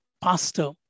pastor